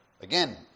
Again